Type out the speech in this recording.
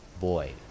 boy